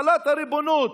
החלת הריבונות.